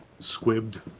squibbed